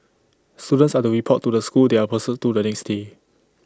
students are to report to the school they are posted to the next day